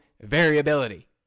variability